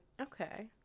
Okay